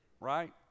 Right